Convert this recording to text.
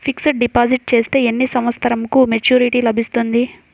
Fixed deposit చేస్తే ఎన్ని సంవత్సరంకు మెచూరిటీ లభిస్తుంది?